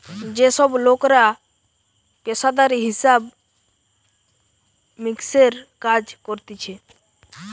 যে সব লোকরা পেশাদারি হিসাব মিক্সের কাজ করতিছে